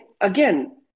again